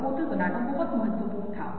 तो वे भ्रम के उदाहरण हैं